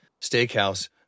Steakhouse